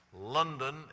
London